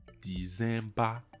december